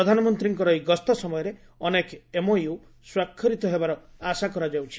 ପ୍ରଧାନମନ୍ତ୍ରୀଙ୍କର ଏହି ଗସ୍ତ ସମୟରେ ଅନେକ ଏମ୍ଓୟୁ ସ୍ୱାକ୍ଷରିତ ହେବାର ଆଶା କରାଯାଉଛି